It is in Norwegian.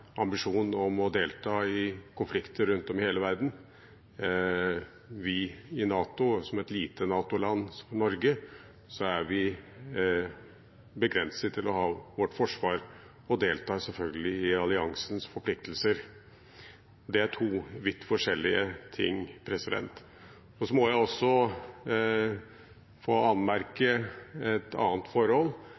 ambisjon om å delta i konflikter rundt om i hele verden. I Norge er vi, som et lite NATO-land, begrenset til å ha vårt forsvar og deltar selvfølgelig i alliansens forpliktelser, og det er to vidt forskjellige ting. Så må jeg også få anmerke et annet forhold,